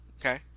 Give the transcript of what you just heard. Okay